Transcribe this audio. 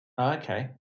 Okay